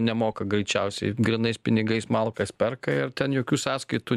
nemoka greičiausiai grynais pinigais malkas perka ir ten jokių sąskaitų